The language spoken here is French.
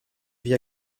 vit